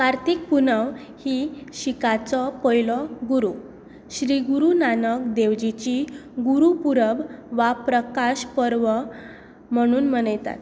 कार्तिक पुनव ही शिखाचो पयलो गुरू श्री गुरु नानक देवजीची गुरुपुरब वा प्रकाश पर्व म्हुणून मनयतात